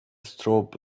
strobe